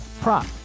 prop